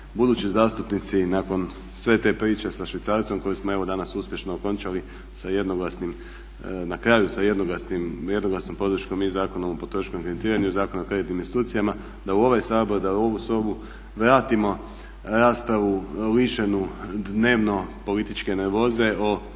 budući zastupnici nakon sve te priče sa švicarcom koju smo evo danas uspješno okončali na kraju sa jednoglasnom podršku i Zakonu o potrošačkom kreditiranju i Zakona o kreditnim institucijama, da u ovaj Sabor, da u ovu sobu vratimo raspravu lišenu dnevno političke nervoze